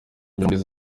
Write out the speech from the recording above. kunyura